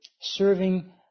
serving